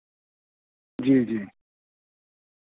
جی جی